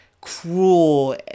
cruel